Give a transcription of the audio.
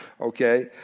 Okay